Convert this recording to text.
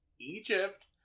Egypt